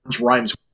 rhymes